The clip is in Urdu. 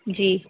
جی